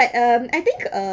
but um I think uh